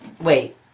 Wait